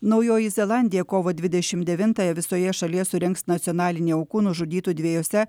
naujoji zelandija kovo dvidešimt devintąją visoje šalyje surengs nacionalinę aukų nužudytų dviejose